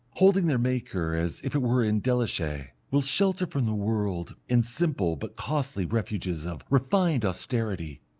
holding their maker as it were in deliciae, will shelter from the world in simple but costly refuges of refined austerity.